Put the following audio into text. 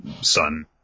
son